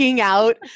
out